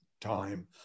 time